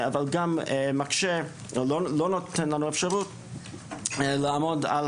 אבל גם לא נותן לנו אפשרות לעמוד על